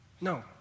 No